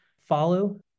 follow